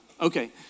Okay